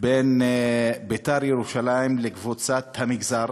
בין "בית"ר ירושלים" לקבוצת המגזר,